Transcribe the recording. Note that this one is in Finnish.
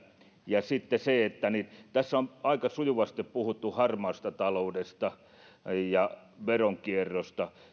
ja sitten se että tässä on aika sujuvasti puhuttu harmaasta taloudesta ja veronkierrosta